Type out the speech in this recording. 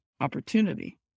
opportunity